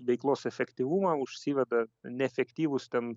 veiklos efektyvumą užsiveda neefektyvūs ten